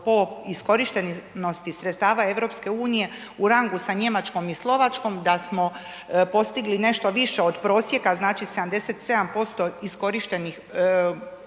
po iskorištenosti sredstava EU u rangu sa Njemačkom i Slovačkom, da smo postigli nešto više od prosjeka, znači 77% iskorištenih,